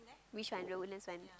which one the Woodlands one